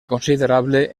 considerable